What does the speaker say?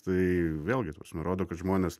tai vėlgi ta prasme rodo kad žmonės